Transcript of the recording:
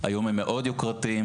היום הם מאוד יוקרתיים,